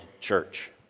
Church